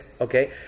okay